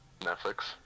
Netflix